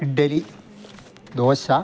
idli dosa